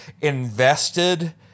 invested